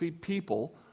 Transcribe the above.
people